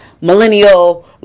millennial